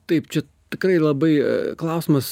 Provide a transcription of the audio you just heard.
taip čia tikrai labai klausimas